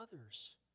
others